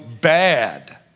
bad